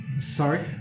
Sorry